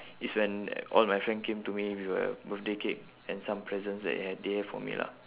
is when all my friend came to me with a birthday cake and some presents that they had they have for me lah